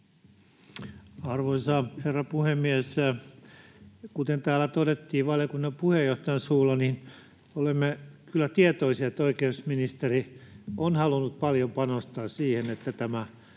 Arvoisa herra puhemies! Kuten täällä todettiin valiokunnan puheenjohtajan suulla, olemme kyllä tietoisia, että oikeusministeri on halunnut paljon panostaa siihen, että tämä